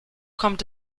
kommt